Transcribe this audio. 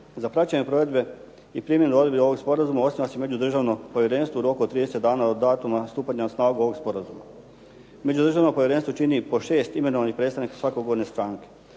Za praćenje provedbe i primjenu odredbi ovog sporazuma osniva se međudržavno povjerenstvo u roku od 30 dana od datuma stupanja na snagu ovog sporazuma. Međudržavno povjerenstvo čini po šest imenovanih predstavnike svake ugovorne stranke.